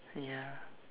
ya